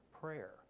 prayer